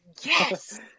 Yes